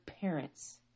parents